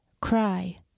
Cry